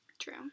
True